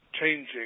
changing